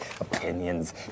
opinions